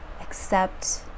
accept